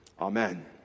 Amen